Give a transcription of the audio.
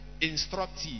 instructive